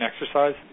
exercise